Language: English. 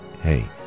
hey